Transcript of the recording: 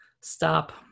stop